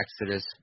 Exodus